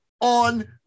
on